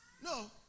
No